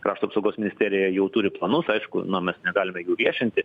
krašto apsaugos ministerija jau turi planus aišku na mes negalime jų viešinti